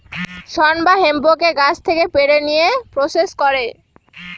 শন বা হেম্পকে গাছ থেকে পেড়ে নিয়ে প্রসেস করে